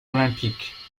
olympiques